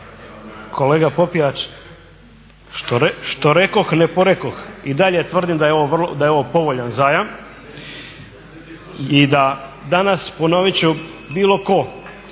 Kolega Popijač što rekoh, ne porekoh. I dalje tvrdim da je ovo povoljan zajam i da danas ponovit ću bilo tko